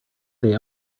they